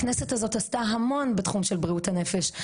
הכנסת הזאת עשתה המון בתחום של בריאות הנפש,